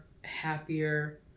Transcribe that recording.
happier